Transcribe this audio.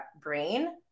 brain